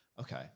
Okay